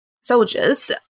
soldiers